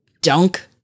dunk